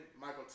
Michael